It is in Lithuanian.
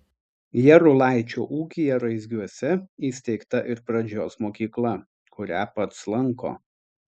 jarulaičio ūkyje raizgiuose įsteigta ir pradžios mokykla kurią pats lanko